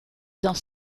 dans